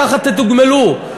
ככה תתוגמלו.